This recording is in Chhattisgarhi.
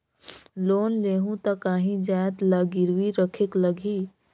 लोन लेहूं ता काहीं जाएत ला गिरवी रखेक लगही?